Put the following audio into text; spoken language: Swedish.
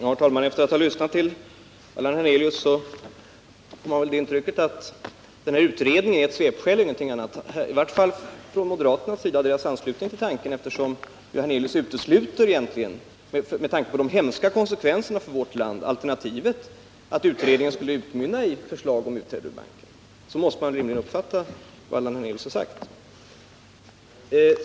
Herr talman! Efter att ha lyssnat till Allan Hernelius får man intrycket att denna utredning är ett svepskäl och ingenting annat. I varje fall måste det vara så för moderaterna, eftersom Allan Hernelius med tanke på de hemska konsekvenserna för vårt land utesluter alternativet att utredningen skulle utmynna i förslag om utträde ur banken. Så måste man rimligen uppfatta vad Allan Hernelius sagt.